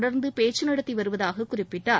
தொடர்ந்து பேச்சு நடத்தி வருவதாக குறிப்பிட்டார்